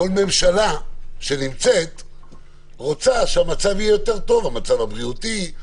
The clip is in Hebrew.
כל ממשלה שנמצאת רוצה שהמצב יהיה יותר טוב המצב הבריאותי,